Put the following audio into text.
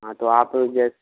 हाँ तो आप जैसे